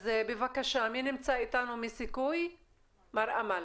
בבקשה, מר אמל.